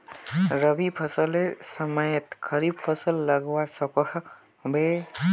रवि फसलेर समयेत खरीफ फसल उगवार सकोहो होबे?